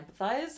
empathize